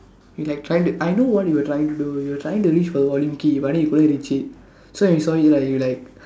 you like trying to I know what you were trying to do you were trying to reach for the volume key but then you couldn't reach it so when you saw me right you like